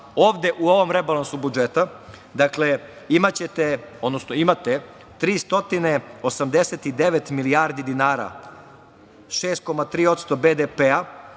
u ovom rebalansu budžeta, imate 389 milijardi dinara, 6,3% BDP-a